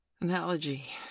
analogy